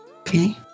Okay